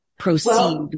proceed